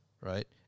right